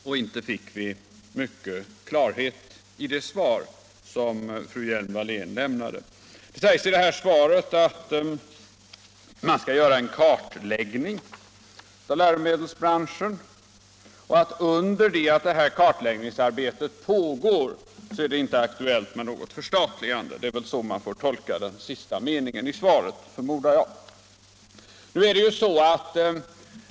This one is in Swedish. Och inte fick vi mycket klarhet i det svar som fru Hjelm-Wallén lämnade. Det sägs i svaret att man skall låta genomföra en kartläggning av läromedelsbranschen och att det under den tid som kartläggningsarbetet pågår inte är aktuellt med något förstatligande. Det är väl så man får tolka den sista meningen i svaret, förmodar jag.